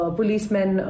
policemen